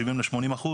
שאין לי שום בעיה איתה,